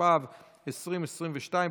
התשפ"ב 2022,